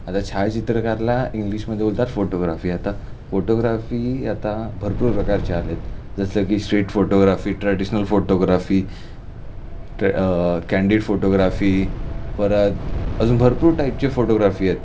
आता छायाचित्रकारला इंग्लिशमध्ये बोलतात फोटोग्राफी आता फोटोग्राफी आता भरपूर प्रकारचे आले आहेत जसं की स्ट्रीट फोटोग्राफी ट्रॅडिशनल फोटोग्राफी ट्रॅ कँडिड फोटोग्राफी परत अजून भरपूर टाईपचे फोटोग्राफी आहेत